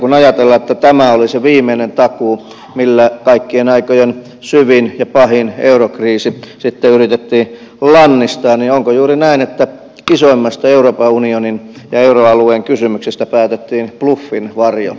kun ajatellaan että tämä oli se viimeinen takuu millä kaikkien aikojen syvin ja pahin eurokriisi sitten yritettiin lannistaa niin onko juuri näin että isoimmasta euroopan unionin ja euroalueen kysymyksestä päätettiin bluffin varjolla